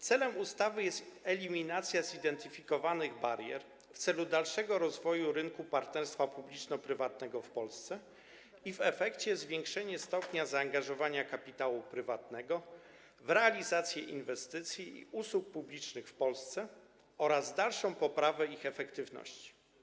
Celem ustawy jest eliminacja zidentyfikowanych barier w celu dalszego rozwoju rynku partnerstwa publiczno-prywatnego w Polsce i w efekcie zwiększenie stopnia zaangażowania kapitału prywatnego w realizację inwestycji i usług publicznych w Polsce oraz dalszą poprawę ich efektywności.